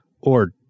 Or